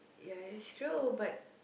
ya it's true but